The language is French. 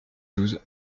douze